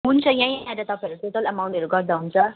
हुन्छ यहीँ आएर तपाईँहरू टोटल अमाउन्टहरू गर्दा हुन्छ